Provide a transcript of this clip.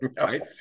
right